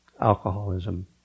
alcoholism